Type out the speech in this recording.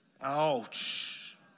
Ouch